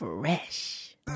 Fresh